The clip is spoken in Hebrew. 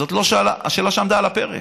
זאת לא השאלה שעמדה על הפרק.